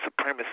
supremacist